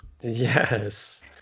Yes